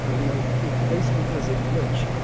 ah you know if facebook has a glitch,